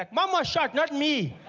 like mom was shot, not me.